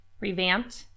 revamped